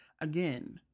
Again